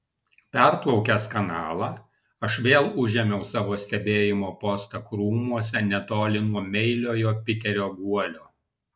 perplaukęs kanalą aš vėl užėmiau savo stebėjimo postą krūmuose netoli nuo meiliojo piterio guolio